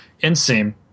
inseam